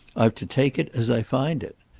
i've to take it as i find it.